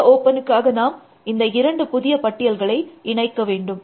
புதிய ஒப்பனுக்காக நாம் இந்த இரண்டு புதிய பட்டியல்களை இணைக்க வேண்டும்